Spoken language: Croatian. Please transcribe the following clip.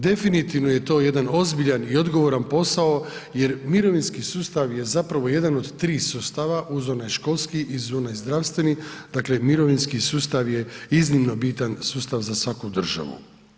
Definitivno je to jedan ozbiljan i odgovoran posao jer mirovinski sustav je jedan od tri sustava uz onaj školski i zdravstveni, dakle mirovinski sustav je iznimno bitan sustav za svaku državu.